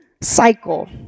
cycle